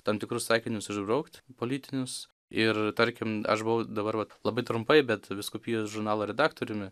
tam tikrus sakinius išbraukt politinius ir tarkim aš buvau dabar vat labai trumpai bet vyskupijos žurnalo redaktoriumi